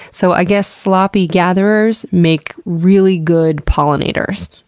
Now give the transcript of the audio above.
so, i guess sloppy gathers make really good pollinators.